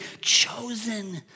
chosen